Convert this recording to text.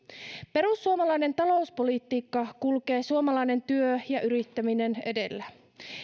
perussuomalainen talouspolitiikka kulkee suomalainen työ ja yrittäminen edellä